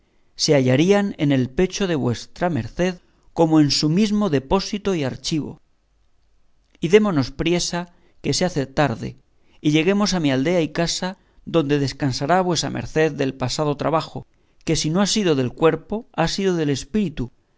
se hallarían en el pecho de vuesa merced como en su mismo depósito y archivo y démonos priesa que se hace tarde y lleguemos a mi aldea y casa donde descansará vuestra merced del pasado trabajo que si no ha sido del cuerpo ha sido del espíritu